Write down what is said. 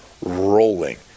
rolling